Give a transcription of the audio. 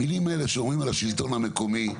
המילים האלה שאומרים על השלטון המקומי,